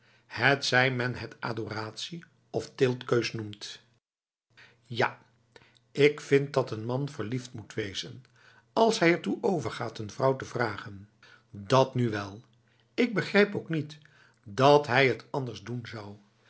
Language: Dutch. zij men het adoratie of teeltkeus noemt ja ik vind dat een man verliefd moet wezen als hij ertoe overgaat een vrouw te vragen dat nu wel ik begrijp ook niet dat hij het anders doen zou